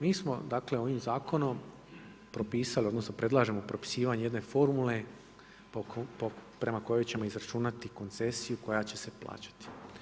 Mi smo dakle ovim zakonom propisali, odnosno predlažemo u propisivanje jedne formule prema kojoj ćemo izračunati koncesiju koja će se plaćati.